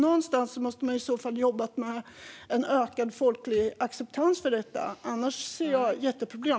Någonstans måste man jobba för en ökad folklig acceptans för detta. Annars ser jag jätteproblem.